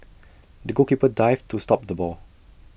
the goalkeeper dived to stop the ball